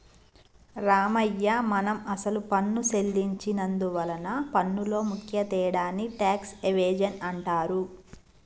రామయ్య మనం అసలు పన్ను సెల్లించి నందువలన పన్నులో ముఖ్య తేడాని టాక్స్ ఎవేజన్ అంటారు